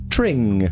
Tring